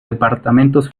departamentos